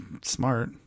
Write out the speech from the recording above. smart